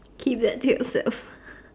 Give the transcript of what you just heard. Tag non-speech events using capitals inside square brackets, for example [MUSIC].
keep that to yourself [LAUGHS]